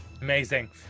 Amazing